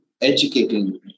educating